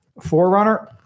forerunner